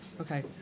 Okay